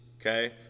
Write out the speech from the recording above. okay